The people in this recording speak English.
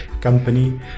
company